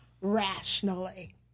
rationally